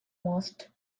must